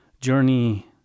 journey